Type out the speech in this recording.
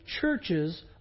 churches